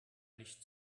nicht